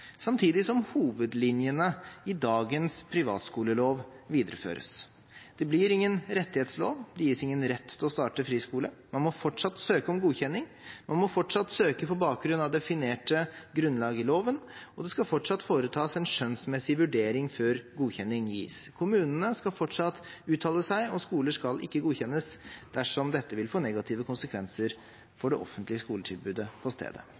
samtidig som hovedlinjene i dagens privatskolelov videreføres. Det blir ingen rettighetslov, det gis ingen rett til å starte friskole. Man må fortsatt søke om godkjenning, man må fortsatt søke på bakgrunn av definerte grunnlag i loven, og det skal fortsatt foretas en skjønnsmessig vurdering før godkjenning gis. Kommunene skal fortsatt uttale seg, og skoler skal ikke godkjennes dersom dette vil få negative konsekvenser for det offentlige skoletilbudet på stedet.